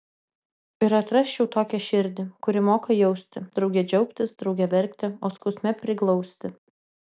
ir atrasčiau tokią širdį kuri moka jausti drauge džiaugtis drauge verkti o skausme priglausti